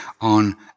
on